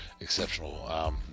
exceptional